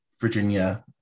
Virginia